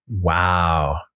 wow